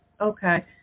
okay